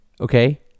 okay